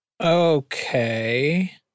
Okay